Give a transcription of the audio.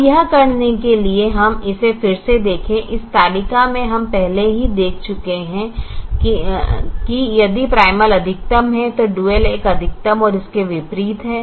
अब यह करने के लिए कि हम इसे फिर से देखें इस तालिका में हम पहले ही देख चुके हैं यदि प्राइमल अधिकतम है तो डुअल एक अधिकतम और इसके विपरीत है